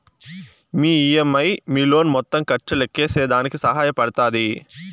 మీ EMI మీ loan మొత్తం ఖర్చు లెక్కేసేదానికి సహాయ పడతాది